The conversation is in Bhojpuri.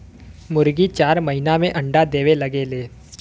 मुरगी चार महिना में अंडा देवे लगेले